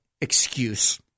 excuse